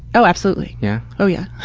oh, absolutely. yeah oh yeah